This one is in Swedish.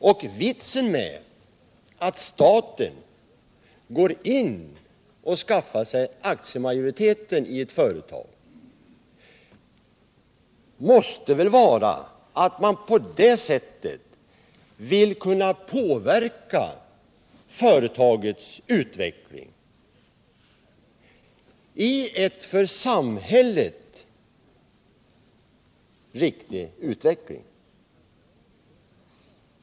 Vitsen med att staten går in och skaffar sig aktiemajoritet i ett företag måste väl vara att man på det sättet vill kunna påverka företagets utveckling i en för samhället gynnsam riktning.